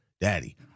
daddy